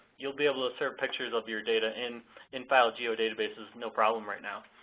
you'll be able to serve pictures of your data in in file geodatabases no problem right now.